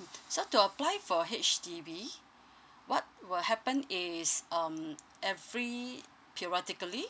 mm so to apply for H_D_B what will happen is um every periodically